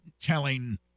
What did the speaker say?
telling